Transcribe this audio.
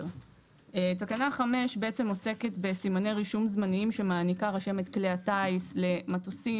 תקנה 5 בעצם עוסקת בסימני רישום זמניים שמעניקה רשמת כלי הטיס למטוסים.